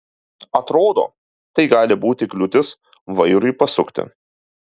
atrodo tai gali būti kliūtis vairui pasukti